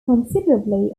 considerably